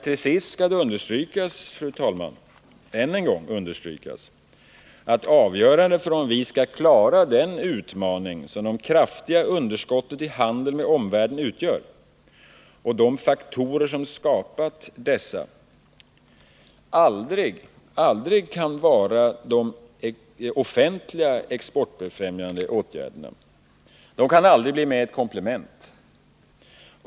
Till sist skall dock ånyo understrykas att avgörande för om vi skall klara den utmaning som de kraftiga underskotten i handeln med omvärlden utgör och de faktorer som skapat dessa aldrig kan vara de offentliga exportfrämjande åtgärderna. Dessa kan aldrig bli mer än ett komplement.